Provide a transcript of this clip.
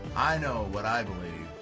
i know what i believe.